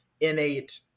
innate